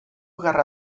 gerra